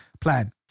plan